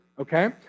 okay